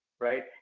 right